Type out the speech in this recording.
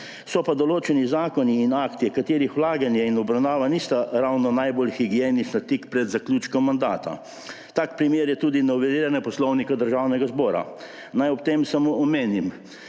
So pa določeni zakoni in akti, katerih vlaganje in obravnava nista ravno najbolj higienična tik pred zaključkom mandata. Tak primer je tudi noveliranje Poslovnika državnega zbora. Naj ob tem samo omenim,